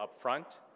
upfront